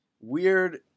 Weird